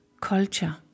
culture